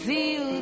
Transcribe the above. Feel